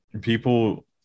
people